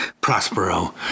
Prospero